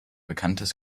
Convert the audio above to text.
bekanntes